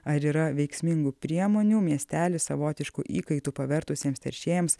ar yra veiksmingų priemonių miestelį savotišku įkaitu pavertusiems teršėjams